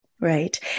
Right